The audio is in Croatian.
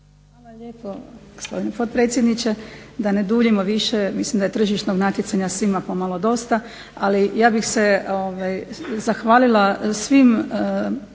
Hvala lijepo gospodine potpredsjedniče. Da ne duljimo više. Mislim da je tržišnog natjecanja svima po malo dosta. Ali ja bih se zahvalila svim